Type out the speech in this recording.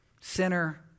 sinner